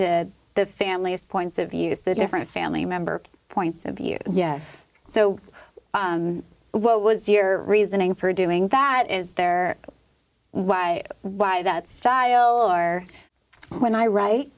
to the family as points of views that different family member points of view yes so what was your reasoning for doing that is there why why that style or when i write